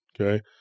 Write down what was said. okay